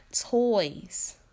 toys